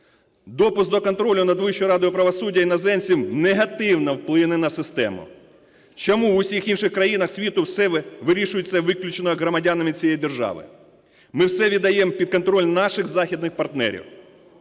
Допуск до контролю над Вищою радою правосуддя іноземців негативно вплине на систему. Чому в усіх інших країнах світу все вирішується виключно громадянами цієї держави, ми все віддаємо під контроль наших західних партнерів.